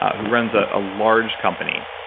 who runs a ah large company.